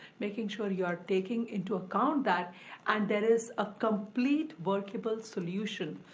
making sure you are taking into account that and there is a complete workable solution.